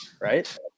Right